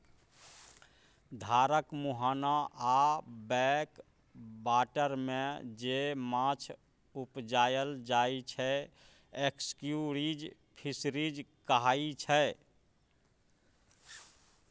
धारक मुहाना आ बैक बाटरमे जे माछ उपजाएल जाइ छै एस्च्युरीज फिशरीज कहाइ छै